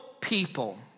people